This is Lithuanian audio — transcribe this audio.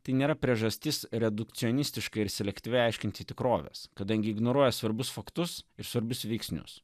tai nėra priežastis redukcionistiškai ir selektyviai aiškinti tikrovės kadangi ignoruoja svarbius faktus ir svarbius veiksnius